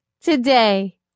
Today